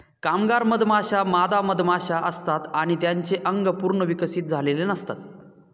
कामगार मधमाश्या मादा मधमाशा असतात आणि त्यांचे अंग पूर्ण विकसित झालेले नसतात